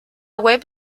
web